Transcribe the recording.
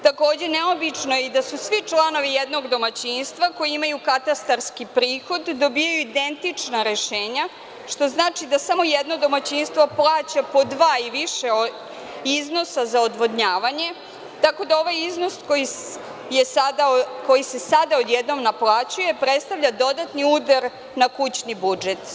Takođe, neobično je i da svi članovi jednog domaćinstva koji imaju katastarski prihod dobijaju identična rešenja, što znači da samo jedno domaćinstvo plaća po dva i više iznosa za odvodnjavanje, tako da ovaj iznos koji se sada odjednom naplaćuje predstavlja dodatni udar na kućni budžet.